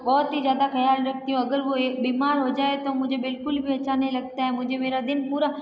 बहुत ही ज़्यादा खयाल रखती हूँ अगर वो बीमार हो जाए तो मुझे बिल्कुल भी अच्छा नहीं लगता है मुझे मेरा दिन पूरा